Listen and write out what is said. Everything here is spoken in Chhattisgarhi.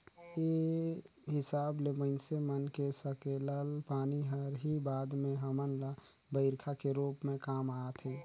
ए हिसाब ले माइनसे मन के सकेलल पानी हर ही बाद में हमन ल बईरखा के रूप में काम आथे